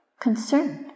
Concerned